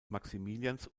maximilians